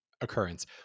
occurrence